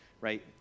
right